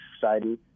society